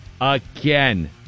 again